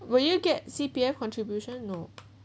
will you get C_P_F contribution no